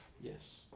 Yes